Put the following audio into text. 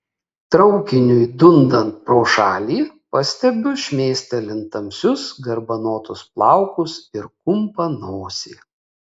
traukiniui dundant pro šalį pastebiu šmėstelint tamsius garbanotus plaukus ir kumpą nosį